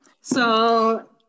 so-